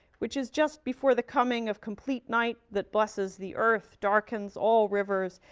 which is just before the coming of complete night that blesses the earth, darkens all rivers,